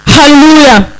Hallelujah